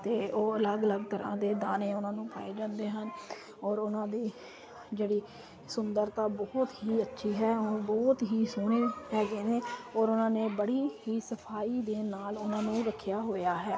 ਅਤੇ ਉਹ ਅਲੱਗ ਅਲੱਗ ਤਰ੍ਹਾਂ ਦੇ ਦਾਣੇ ਉਹਨਾਂ ਨੂੰ ਪਾਏ ਜਾਂਦੇ ਹਨ ਔਰ ਉਹਨਾਂ ਦੀ ਜਿਹੜੀ ਸੁੰਦਰਤਾ ਬਹੁਤ ਹੀ ਅੱਛੀ ਹੈ ਉਹ ਬਹੁਤ ਹੀ ਸੋਹਣੇ ਹੈਗੇ ਨੇ ਔਰ ਉਹਨਾਂ ਨੇ ਬੜੀ ਹੀ ਸਫਾਈ ਦੇ ਨਾਲ ਉਹਨਾਂ ਨੂੰ ਰੱਖਿਆ ਹੋਇਆ ਹੈ